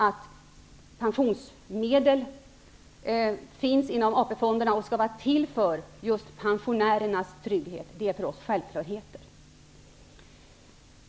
Att pensionsmedel finns inom AP-fonderna och att de skall vara till för just pensionärernas trygghet är för oss självklarheter.